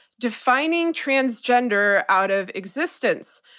defining transgender out of existence.